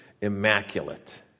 immaculate